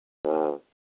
हाँ